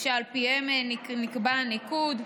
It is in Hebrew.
שעל פיהם נקבע הניקוד.